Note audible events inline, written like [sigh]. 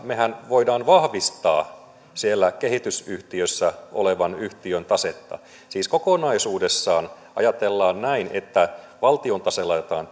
mehän voimme vahvistaa siellä kehitysyhtiössä olevan yhtiön tasetta siis kokonaisuudessaan ajatellaan näin että valtion tase laitetaan [unintelligible]